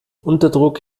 unterdruck